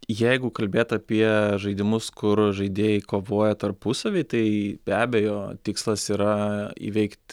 jeigu kalbėt apie žaidimus kur žaidėjai kovoja tarpusavy tai be abejo tikslas yra įveikt